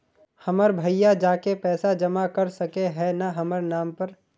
हमर भैया जाके पैसा जमा कर सके है न हमर नाम पर?